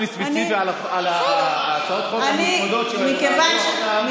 ספציפי על הצעות החוק המוצמדות שעברו עכשיו.